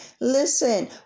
Listen